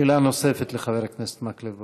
שאלה נוספת לחבר הכנסת מקלב.